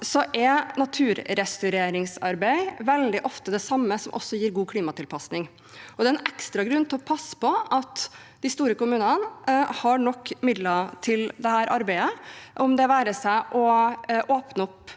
er naturrestaureringsarbeid veldig ofte det samme som også gir god klimatilpasning. Det er en ekstra grunn til å passe på at de store kommunene har nok midler til dette arbeidet, om det er å åpne opp